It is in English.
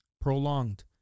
prolonged